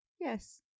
Yes